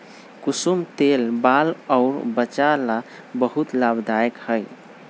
कुसुम तेल बाल अउर वचा ला बहुते लाभदायक हई